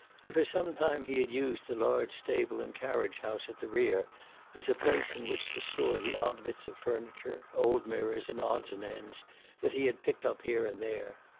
and for some time he had used the large stable and carriage-house at the rear as a place in which to store the odd bits of furniture, old mirrors and odds and ends that he had picked up here and there.